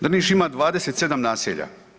Drniš ima 27 naselja.